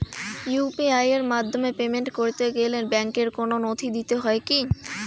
UPI এর মাধ্যমে payment করতে গেলে ব্যাংকের কোন নথি দিতে হয় কি?